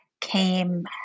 came